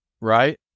right